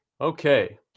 Okay